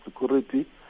security